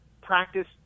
practice